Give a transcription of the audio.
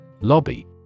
Lobby